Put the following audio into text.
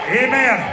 amen